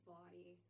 body